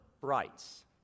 rights